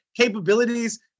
capabilities